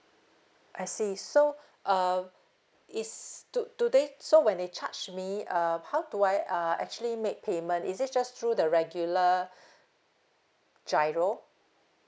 I see so uh is to today so when they charge me um how do I uh actually make payment is it just through the regular GIRO